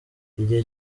igihe